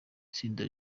tsinda